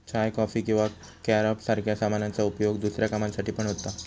चाय, coffee किंवा carob सारख्या सामानांचा उपयोग दुसऱ्या कामांसाठी पण होता